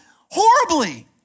horribly